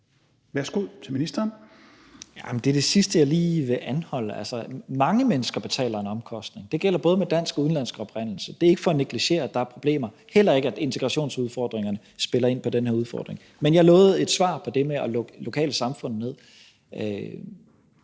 (Mattias Tesfaye): Det er det sidste, jeg lige vil anholde. Mange mennesker betaler en omkostning; det gælder både med dansk og udenlandsk oprindelse. Det er ikke for at negligere, at der er problemer, heller ikke at integrationsudfordringerne spiller ind på den her udfordring. Men jeg lovede et svar på det med at lukke lokale samfund ned.